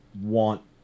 want